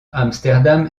amsterdam